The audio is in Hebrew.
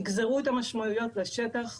יגזרו את המשמעויות לשטח,